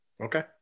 okay